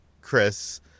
Chris